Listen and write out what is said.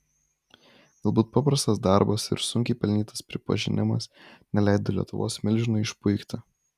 galbūt paprastas darbas ir sunkiai pelnytas pripažinimas neleido lietuvos milžinui išpuikti